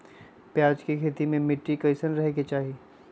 प्याज के खेती मे मिट्टी कैसन रहे के चाही?